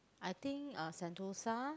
I think uh Sentosa